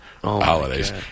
holidays